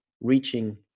reaching